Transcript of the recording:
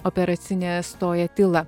operacinėje stoja tyla